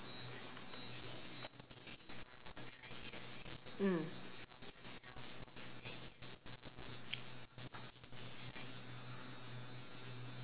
mm